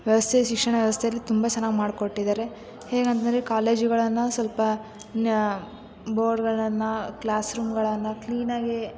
ವ್ಯವಸ್ಥೆ ಶಿಕ್ಷಣ ವ್ಯವಸ್ಥೆಯಲ್ಲಿ ತುಂಬ ಚೆನ್ನಾಗಿ ಮಾಡ್ಕೊಟ್ಟಿದ್ದಾರೆ ಹೇಗೇಂದರೆ ಕಾಲೇಜುಗಳನ್ನು ಸ್ವಲ್ಪ ಬೋರ್ಡ್ಗಳನ್ನು ಕ್ಲಾಸ್ ರೂಮ್ಗಳನ್ನು ಕ್ಲೀನಾಗೆ